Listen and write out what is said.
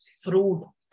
fruit